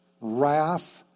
wrath